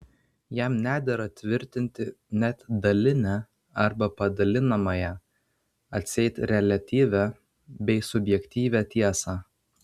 jam nedera tvirtinti net dalinę arba padalinamąją atseit reliatyvią bei subjektyvią tiesą